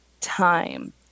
time